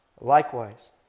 Likewise